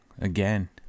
again